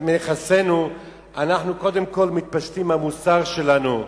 מנכסינו אנחנו קודם כול מתפשטים מהמוסר שלנו.